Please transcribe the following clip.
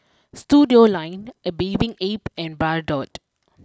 Studioline a Bathing Ape and Bardot